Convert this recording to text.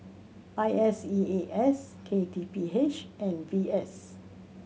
I S E A S K T P H and V S